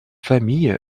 famille